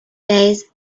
days